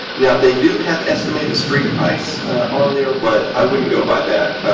now they do have estimated street price on there, but i wouldn't go by that.